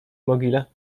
mogile